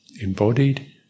embodied